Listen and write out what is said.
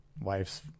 wife's